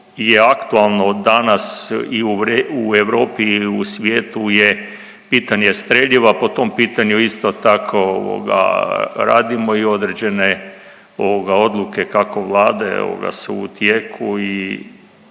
je aktualno od danas i u Europi i u svijetu je pitanje streljiva, po tom pitanju isto tako ovoga radimo i određene odluke, kako Vlade su u tijeku i